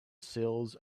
sills